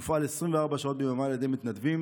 והוא מופעל 24 שעות ביממה על ידי מתנדבים